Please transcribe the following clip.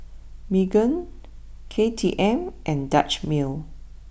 Megan K T M and Dutch Mill